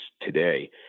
today